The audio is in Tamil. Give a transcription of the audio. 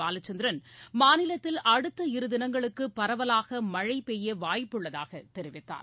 பாலச்சந்திரன் மாநிலத்தில் அடுத்த இரு தினங்களுக்கு பரவலாக மழை பெய்ய வாய்ப்புள்ளதாகத் கெரிவிக்கார்